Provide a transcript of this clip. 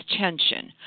tension